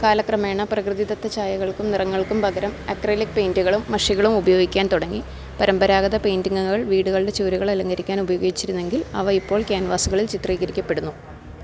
കാലക്രമേണ പ്രകൃതിദത്തഛായകള്ക്കും നിറങ്ങള്ക്കും പകരം അക്രിലിക് പെയിന്റുകളും മഷികളും ഉപയോഗിക്കാന് തുടങ്ങി പരമ്പരാഗത പേയ്ന്റിങ്ങുകൾ വീടുകളുടെ ചുവരുകള് അലങ്കരിക്കാന് ഉപയോഗിച്ചിരുന്നുവെങ്കിൽ അവ ഇപ്പോൾ ക്യാൻവാസുകളിൽ ചിത്രീകരിക്കപ്പെടുന്നു